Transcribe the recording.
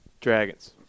Dragons